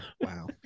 Wow